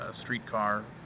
streetcar